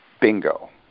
Bingo